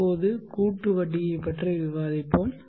இப்போது கூட்டு வட்டியைப் பற்றி விவாதிப்போம்